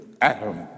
Adam